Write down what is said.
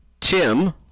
Tim